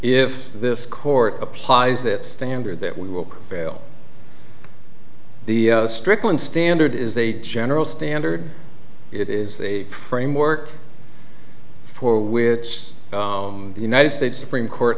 if this court applies that standard that we will fail the strickland standard is a general standard it is a framework for which the united states supreme court